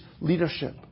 leadership